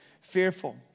fearful